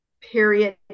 period